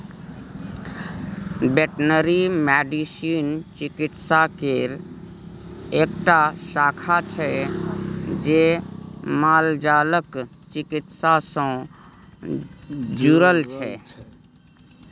veterinary medicine चिकित्सा केर एकटा शाखा छै जे मालजालक चिकित्सा सँ जुरल छै